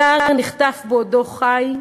הדר נחטף בעודו חי,